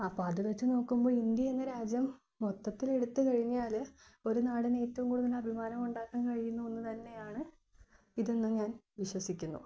അപ്പോൾ അതു വെച്ചു നോക്കുമ്പോൾ ഇന്ത്യ എന്ന രാജ്യം മൊത്തത്തിലെടുത്തു കഴിഞ്ഞാൽ ഒരു നാടിനു ഏറ്റവും കൂടുതൽ അഭിമാനമുണ്ടാക്കുന്ന കഴിയുന്ന ഒന്നു തന്നെയാണ് ഇതെന്നും ഞാൻ വിശ്വസിക്കുന്നു